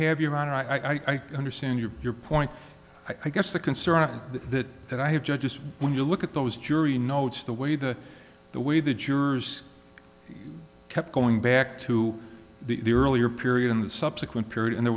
have your honor i can understand your point i guess the concern that that that i have judge just when you look at those jury notes the way the the way the jurors kept going back to the earlier period in the subsequent period and there